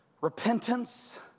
repentance